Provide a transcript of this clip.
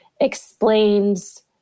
explains